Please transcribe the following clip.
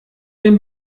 dem